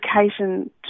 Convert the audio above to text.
education